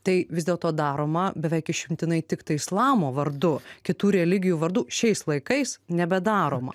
tai vis dėlto daroma beveik išimtinai tiktai islamo vardu kitų religijų vardu šiais laikais nebedaroma